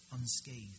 unscathed